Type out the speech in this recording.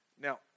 Now